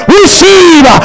receive